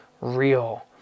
real